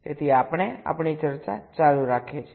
તેથી આપણે આપણીચર્ચા ચાલુ રાખીએ છીએ